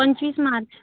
पंचवीस मार्च